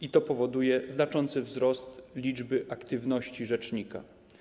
I to powoduje znaczący wzrost liczby aktywności rzecznika.